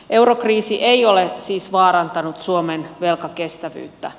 eurokriisi ei ole siis vaarantanut suomen velkakestävyyttä